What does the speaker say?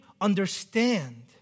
understand